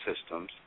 systems